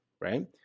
right